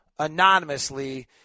anonymously